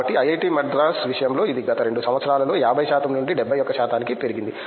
కాబట్టి ఐఐటి మద్రాస్ విషయంలో ఇది గత 2 సంవత్సరాల్లో 50 శాతం నుండి 71 శాతానికి పెరిగింది